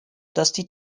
dusty